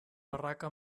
barraca